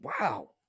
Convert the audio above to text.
Wow